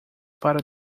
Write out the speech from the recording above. para